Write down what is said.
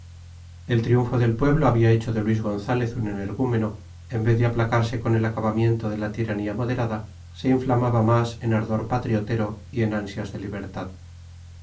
el triunfo del pueblo había hecho de luis gonzález un energúmeno en vez de aplacarse con el acabamiento de la tiranía moderada se inflamaba más en ardor patriotero y en ansias de libertad